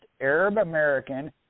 Arab-American